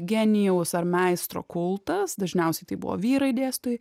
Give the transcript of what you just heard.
genijaus ar meistro kultas dažniausiai tai buvo vyrai dėstytojai